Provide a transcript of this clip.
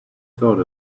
thought